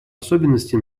особенности